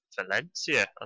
Valencia